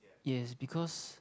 yes because